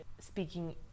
speaking